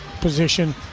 position